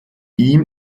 ihm